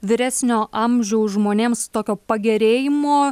vyresnio amžiaus žmonėms tokio pagerėjimo